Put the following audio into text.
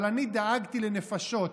אבל אני דאגתי לנפשות,